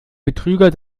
betrüger